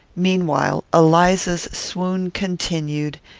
meanwhile, eliza's swoon continued,